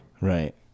Right